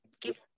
Give